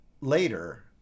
later